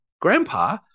grandpa